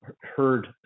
heard